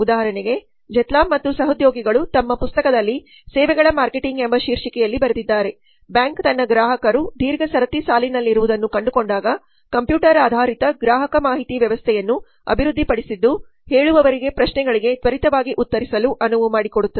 ಉದಾಹರಣೆಗೆ ಝೇಥಾಮ್ಲ್ ಮತ್ತು ಸಹೋದ್ಯೋಗಿಗಳು ತಮ್ಮ ಪುಸ್ತಕದಲ್ಲಿ ಸೇವೆಗಳ ಮಾರ್ಕೆಟಿಂಗ್ ಎಂಬ ಶೀರ್ಷಿಕೆಯಲ್ಲಿ ಬರೆದಿದ್ದಾರೆ ಬ್ಯಾಂಕ್ ತನ್ನ ಗ್ರಾಹಕರು ದೀರ್ಘ ಸರತಿ ಸಾಲಿನಲ್ಲಿರುವುದನ್ನು ಕಂಡುಕೊಂಡಾಗ ಕಂಪ್ಯೂಟರ್ ಆಧಾರಿತ ಗ್ರಾಹಕ ಮಾಹಿತಿ ವ್ಯವಸ್ಥೆಯನ್ನು ಅಭಿವೃದ್ಧಿಪಡಿಸಿದ್ದು ಹೇಳುವವರಿಗೆ ಪ್ರಶ್ನೆಗಳಿಗೆ ತ್ವರಿತವಾಗಿ ಉತ್ತರಿಸಲು ಅನುವು ಮಾಡಿಕೊಡುತ್ತದೆ